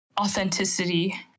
authenticity